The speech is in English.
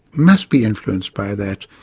must be influenced by that.